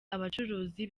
abacuruzi